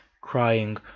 crying